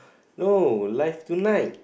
no live tonight